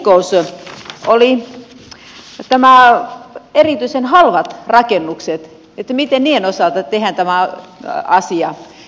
se heikkous oli näissä erityisen halvoissa rakennuksissa se miten niiden osalta tehdään tämä asia